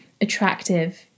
attractive